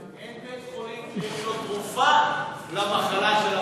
אין בית-חולים שיש לו תרופה למחלה של הממשלה.